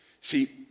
see